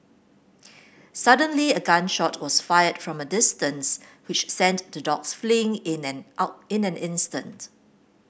suddenly a gun shot was fired from a distance which sent the dogs fleeing in an out in an instant